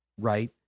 right